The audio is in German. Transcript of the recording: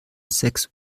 sechs